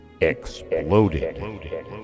exploded